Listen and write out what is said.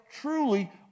truly